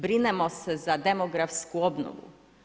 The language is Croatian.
Brinemo se za demografsku obnovu.